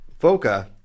Foca